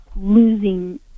losing